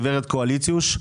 גברת קואליציוש,